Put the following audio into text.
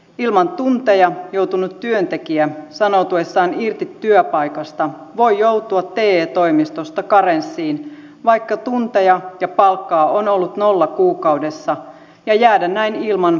ilman tunteja jäänyt työntekijä sanoutuessaan irti työpaikasta voi joutua te toimistosta karenssiin vaikka tunteja ja palkkaa on ollut nolla kuukaudessa ja jäädä näin ilman työttömyyskorvausta